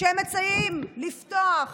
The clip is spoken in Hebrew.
כשהם מציעים לפתוח